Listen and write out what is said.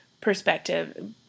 perspective